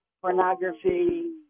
pornography